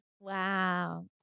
Wow